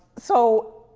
so,